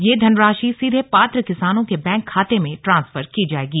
यह धनराशि सीधे पात्र किसानों के बैंक खाते में ट्रांसफर की जायेगी